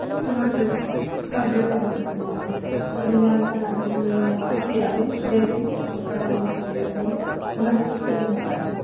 ᱦᱳᱭ ᱱᱚᱸᱰᱮ ᱫᱚ ᱦᱚᱸ ᱡᱚᱛᱚ ᱞᱮᱠᱟᱱᱟᱜ ᱢᱮᱱᱟᱜᱼᱟ ᱟᱹᱵᱤᱱ ᱡᱟᱦᱟᱸ ᱞᱮᱠᱟᱱᱟᱜ ᱵᱤᱱ ᱤᱫᱤᱭᱟ ᱠᱩᱥᱤᱭᱟᱜᱼᱟ ᱵᱤᱱ ᱧᱮᱞ ᱵᱤᱱ ᱚᱠᱟᱴᱟᱜ ᱵᱤᱱ ᱠᱩᱥᱤᱭᱟᱜ ᱠᱟᱱᱟ ᱚᱱᱟ ᱦᱤᱥᱟᱹᱵᱽ ᱛᱮ ᱟᱹᱵᱤᱱ ᱦᱟᱛᱟᱣ ᱵᱤᱱ